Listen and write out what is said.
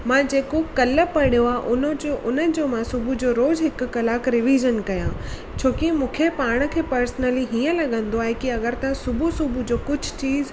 मां जेको कल्ह पढ़ियो आहे उनजो उनजो मां सुबुह जो रोज हिकु कलाकु रीवीज़न कयां छोकी मूंखे पाण खे पर्सनली हीअं लॻंदो आहे की अगरि त सुबुह सुबुह जो कुझु चीज़